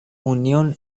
union